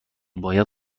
باید